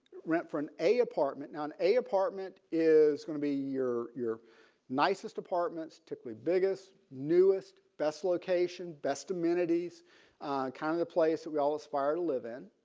rent for an apartment now in a apartment is going to be your your nicest apartments typically biggest newest best location best amenities kind of the place that we all aspire to live in.